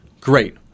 great